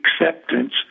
acceptance